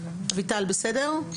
אביטל בסדר?